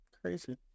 crazy